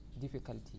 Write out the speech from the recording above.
difficulty